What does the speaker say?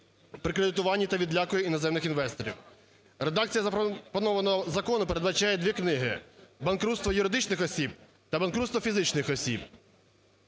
Редакція запропонованого закону передбачає дві книги: банкрутство юридичних осіб та банкрутство фізичних осіб.